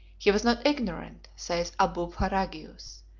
he was not ignorant, says abulpharagius,